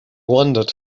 wandered